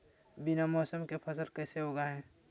बिना मौसम के फसल कैसे उगाएं?